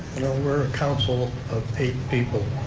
know we're a council of eight people.